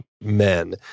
men